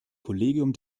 kollegium